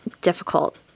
difficult